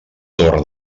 torre